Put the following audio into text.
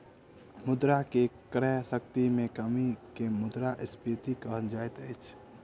मुद्रा के क्रय शक्ति में कमी के मुद्रास्फीति कहल जाइत अछि